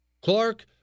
Clark